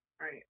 Right